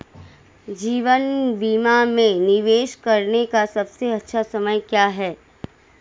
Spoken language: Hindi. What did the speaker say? जीवन बीमा में निवेश करने का सबसे अच्छा समय क्या है?